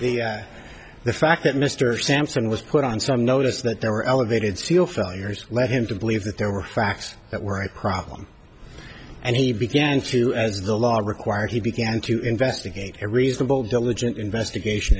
the fact that mr sampson was put on some notice that there were elevated seal failures led him to believe that there were facts that were a problem and he began to as the law required he began to investigate a reasonable diligent investigation